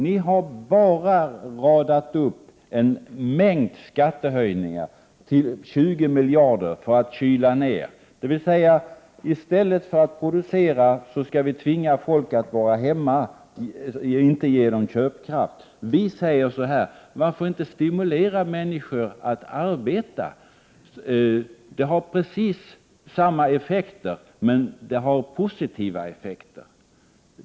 Ni socialdemokrater har bara radat upp en mängd skattehöjningar på 20 miljarder för att kyla ner. I stället för att producera skall vi alltså tvinga folk att vara hemma, genom att inte ge dem köpkraft. Vi säger så här: Varför inte stimulera människor att arbeta? Det har precis samma effekter, men det har positiva effekter.